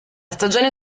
stagione